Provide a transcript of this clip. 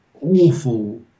awful